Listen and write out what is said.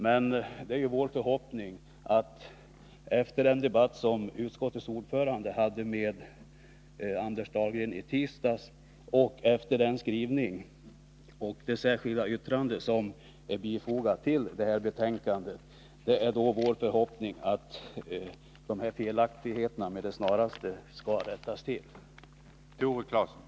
Men det är vår förhoppning att dessa felaktigheter med det snaraste rättas till, efter den debatt som utskottets ordförande i tisdags hade med Anders Dahlgren och med tanke på skrivningen i betänkandet och det särskilda yttrandet.